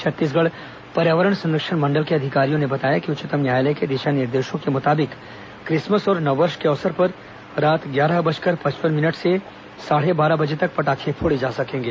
छत्तीसगढ़ पर्यावरण संरक्षण मंडल के अधिकारियों ने बताया कि उच्चतम न्यायालय के दिशा निर्देशों के मुताबिक क्रिसमस और नववर्ष के अवसर पर रात ग्यारह बजकर पचपन मिनट से साढ़े बारह बजे तक पटाखे फोड़े जा सकेंगे